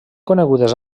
conegudes